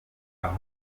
aho